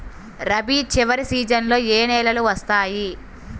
రబీ చివరి సీజన్లో ఏ నెలలు వస్తాయి?